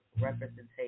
representation